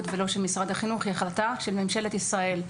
ולא של משרד החינוך; היא החלטה של ממשלת ישראל.